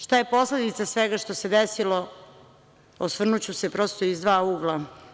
Šta je posledica svega što se desilo, osvrnuću se prosto iz dva ugla.